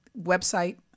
website